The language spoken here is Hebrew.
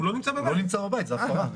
הוא לא נמצא בבית, זו הפרה.